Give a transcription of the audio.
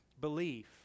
belief